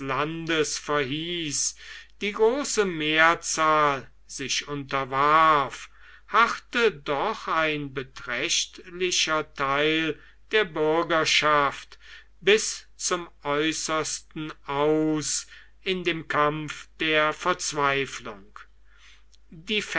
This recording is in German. lebens verhieß die große mehrzahl sich unterwarf harrte doch ein beträchtlicher teil der bürgerschaft bis zum äußersten aus in dem kampf der verzweiflung